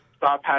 Stop